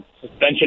suspension